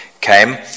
came